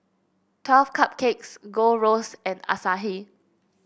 Twelve Cupcakes Gold Roast and Asahi